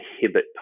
inhibit